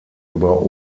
über